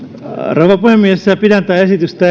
rouva puhemies pidän tätä esitystä